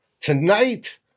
Tonight